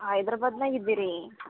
ಹೈದ್ರಬಾದ್ನಾಗ ಇದ್ದೀರಿ